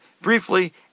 briefly